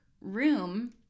room